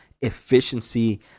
efficiency